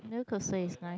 roller coaster is nice